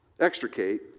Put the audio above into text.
extricate